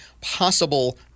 possible